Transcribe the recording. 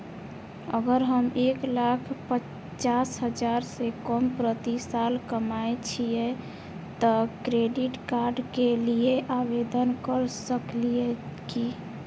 अगर हम एक लाख पचास हजार से कम प्रति साल कमाय छियै त क्रेडिट कार्ड के लिये आवेदन कर सकलियै की?